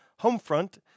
Homefront